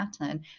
pattern